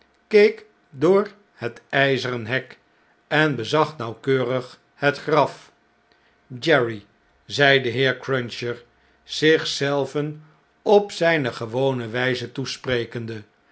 keek door het yzeren hek en bezag nauwkeurig het graf jerry zei de heer cruncher zich zelven op zijne gewone wn'ze toesprekende